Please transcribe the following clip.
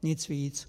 Nic víc.